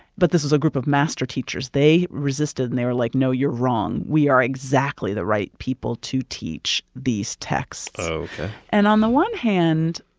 but this is a group of master teachers. they resisted, and they were like, no, you're wrong we are exactly the right people to teach these texts ok and on the one hand,